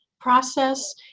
process